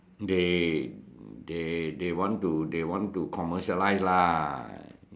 they they they want to they want to commercialise lah